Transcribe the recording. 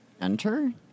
enter